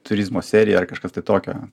turizmo serija ar kažkas tai tokio